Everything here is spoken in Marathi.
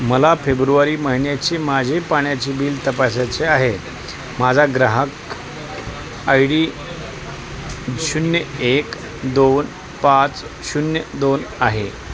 मला फेब्रुवारी महिन्याची माझी पाण्याची बिल तपासायचे आहे माझा ग्राहक आय डी शून्य एक दोन पाच शून्य दोन आहे